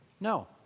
no